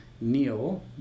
Neil